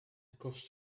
across